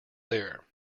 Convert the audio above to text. there